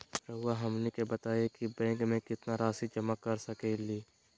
रहुआ हमनी के बताएं कि बैंक में कितना रासि जमा कर सके ली?